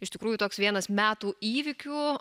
iš tikrųjų toks vienas metų įvykių